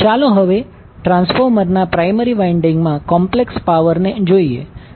ચાલો હવે ટ્રાન્સફોર્મરના પ્રાયમરી વાઇન્ડીંગ માં કોમ્પ્લેક્સ પાવર ને જોઈએ